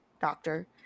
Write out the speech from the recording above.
doctor